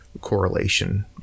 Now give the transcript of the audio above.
correlation